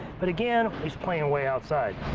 but again he's playing way outside.